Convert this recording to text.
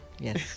Yes